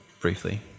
briefly